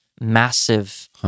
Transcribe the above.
massive